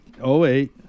08